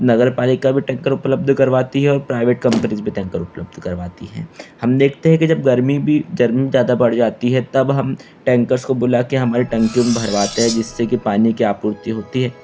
नगरपालिका भी टैंकर उपलब्ध करवाती है और प्राइवेट कंपनीज भी टैंकर उपलब्ध करवाती है हम देखते हैं कि जब गर्मी भी गर्मी भी ज़्यादा बढ़ जाती है तब हम टैंकर्स को बुला कर हमारे टंकियों में भरवाते हैं जिससे कि पानी की आपूर्ति होती है